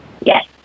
Yes